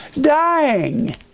dying